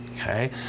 okay